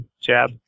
jab